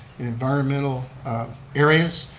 in environmental areas.